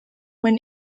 when